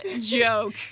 joke